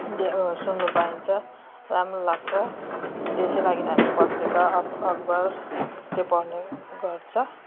they सुन्नु पाइन्छ राम्रो लाग्छ त्यसै लागि हामी पत्रिका अफ अखबार चाहिँ पढ्ने गर्छ